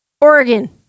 Oregon